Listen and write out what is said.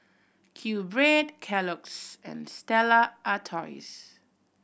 QBread Kellogg's and Stella Artois